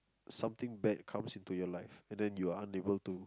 something bad comes into your life and then you're unable to